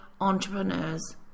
entrepreneurs